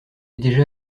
déjà